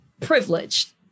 privileged